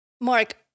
Mark